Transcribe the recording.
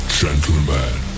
gentlemen